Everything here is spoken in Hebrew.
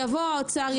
יבוא האוצר,